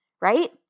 right